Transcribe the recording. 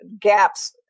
gaps